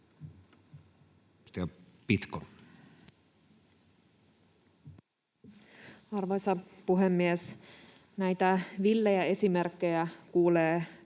Content: Arvoisa puhemies! Näitä villejä esimerkkejä kuulee